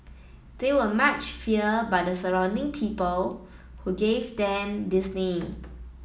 they were much feared by the surrounding people who gave them this name